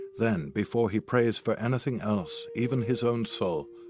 then before he prays for anything else, even his own soul,